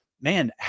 Man